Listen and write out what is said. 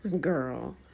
girl